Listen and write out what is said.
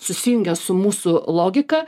susijungia su mūsų logika